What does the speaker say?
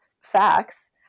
facts